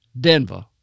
Denver